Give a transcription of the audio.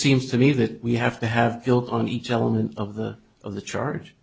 seems to me that we have to have guilt on each element of the of the charge